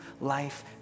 life